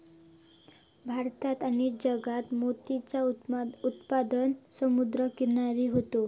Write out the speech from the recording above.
भारत आणि जगात मोतीचा उत्पादन समुद्र किनारी होता